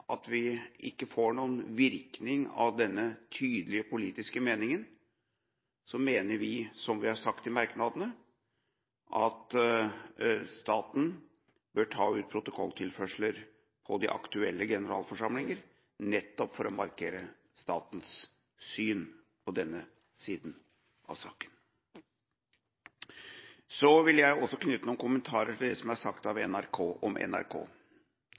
at vi ikke får noen virkning av denne tydelige politiske meningen, mener vi, som vi har sagt i merknadene, at staten bør ta ut protokolltilførsler på de aktuelle generalforsamlinger, nettopp for å markere statens syn på denne siden av saken. Så vil jeg også knytte noen kommentarer til det som er sagt om NRK.